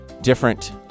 different